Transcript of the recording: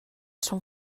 són